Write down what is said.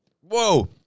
whoa